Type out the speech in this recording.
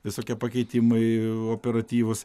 visokie pakeitimai operatyvūs